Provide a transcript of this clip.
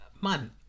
Man